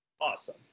Awesome